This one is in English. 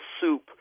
soup